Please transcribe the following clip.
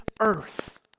earth